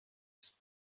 ist